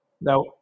Now